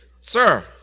Sir